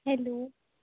hello